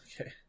okay